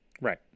Right